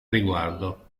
riguardo